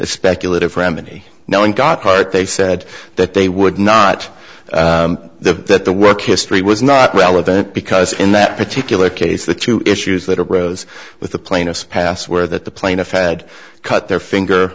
speculative remedy no one got hurt they said that they would not the that the work history was not relevant because in that particular case the two issues that arose with the plaintiff's password that the plaintiff had cut their finger